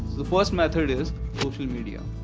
the first method is social media